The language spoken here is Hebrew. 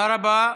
תודה רבה.